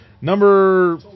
Number